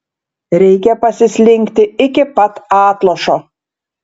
reikia pasislinkti iki pat atlošo